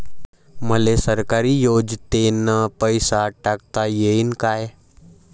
मले सरकारी योजतेन पैसा टाकता येईन काय?